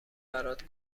برات